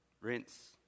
Rinse